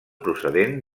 procedent